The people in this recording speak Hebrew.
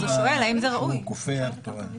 זה דיונים שהרבה פעמים